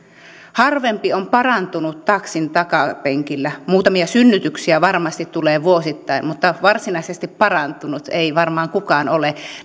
harvempi on parantunut taksin takapenkillä muutamia synnytyksiä varmasti tulee vuosittain mutta varsinaisesti parantunut ei varmaan kukaan ole